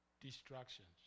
distractions